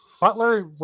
Butler